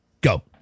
Go